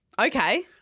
Okay